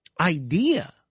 idea